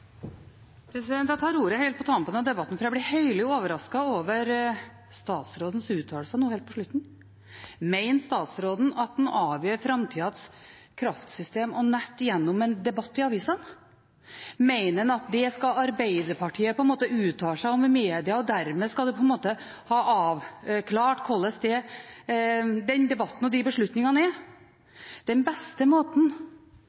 Jeg tar ordet helt på tampen av debatten, for jeg ble høylig overrasket over statsrådens uttalelser helt på slutten. Mener statsråden at en avgjør framtidas kraftsystem og nett gjennom en debatt i avisa? Mener han at det skal Arbeiderpartiet uttale seg om i media, og dermed skal de ha avklart hvordan den debatten og beslutningene er? Den beste måten